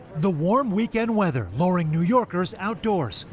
the warm weekend weather lowering new yorkers outdoors.